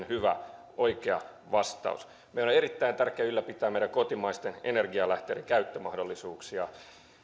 hyvä oikea vastaus meidän on erittäin tärkeää ylläpitää meidän kotimaisten energialähteiden käyttömahdollisuuksia